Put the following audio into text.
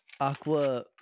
Aqua